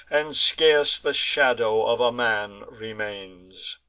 and scarce the shadow of a man remains.